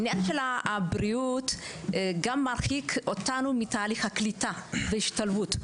עניין הבריאות גם מרחיק אותנו מתהליך הקליטה וההשתלבות.